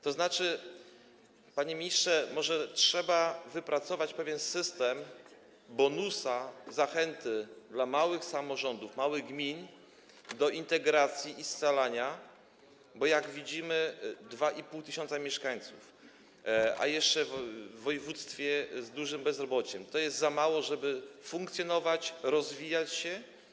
To znaczy, panie ministrze, że może trzeba wypracować pewien system bonusów, zachęt dla samorządów małych gmin do integracji i scalania się, bo, jak widzimy, 2, 5 tys. mieszkańców, a jeszcze w województwie z dużym bezrobociem, to jest za mało, żeby funkcjonować, rozwijać się.